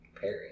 Perry